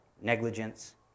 negligence